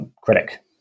critic